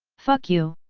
fuck you!